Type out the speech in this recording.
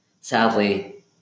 sadly